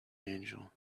angel